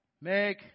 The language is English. Make